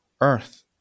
earth